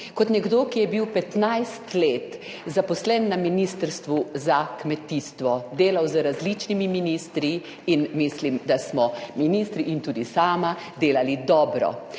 kot nekdo, ki je bil 15 let zaposlen na Ministrstvu za kmetijstvo, delal z različnimi ministri in mislim, da smo ministri in tudi sama delali dobro.